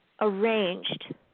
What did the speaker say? arranged